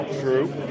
True